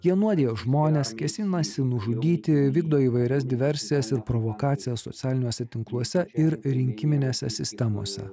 jie nuodijo žmones kėsinasi nužudyti vykdo įvairias diversijas ir provokacijas socialiniuose tinkluose ir rinkiminėse sistemose